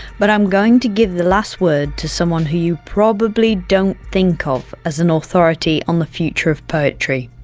but i'm going to give the last word to someone who you probably don't think of as an authority on the future of poetry.